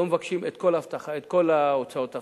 לא מבקשים את כל הוצאות האבטחה.